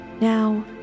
Now